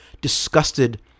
disgusted